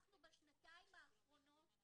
בשנתיים האחרונות אנחנו